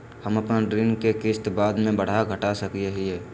हम अपन ऋण के किस्त बाद में बढ़ा घटा सकई हियइ?